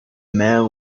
men